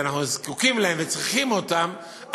שאנחנו זקוקים להם וצריכים אותם,